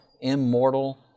immortal